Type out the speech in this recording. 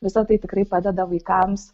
visa tai tikrai padeda vaikams